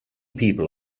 people